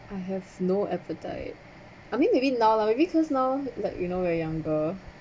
I have no appetite I mean maybe now lah because now like you know we are younger